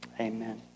Amen